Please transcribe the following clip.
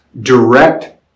direct